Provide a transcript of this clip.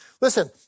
Listen